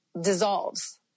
dissolves